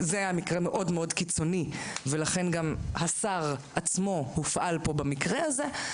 זה היה מקרה מאוד קיצוני ולכן גם השר עצמו הופעל במקרה הזה.